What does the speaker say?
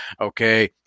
Okay